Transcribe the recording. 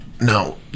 no